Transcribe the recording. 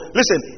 Listen